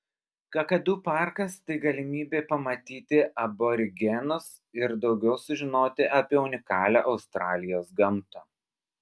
kakadu parkas tai galimybė pamatyti aborigenus ir daugiau sužinoti apie unikalią australijos gamtą